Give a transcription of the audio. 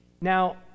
Now